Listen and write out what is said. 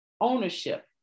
ownership